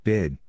Bid